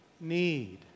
need